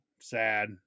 sad